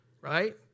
right